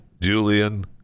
Julian